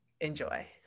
enjoy